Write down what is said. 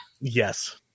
yes